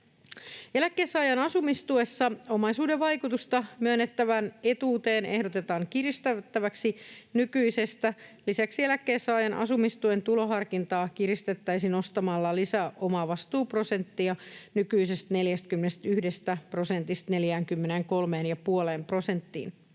Eläkkeensaajan asumistuessa omaisuuden vaikutusta myönnettävään etuuteen ehdotetaan kiristettäväksi nykyisestä. Lisäksi eläkkeensaajan asumistuen tuloharkintaa kiristettäisiin nostamalla lisäomavastuuprosenttia nykyisestä 41 prosentista 43,5 prosenttiin.